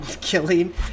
killing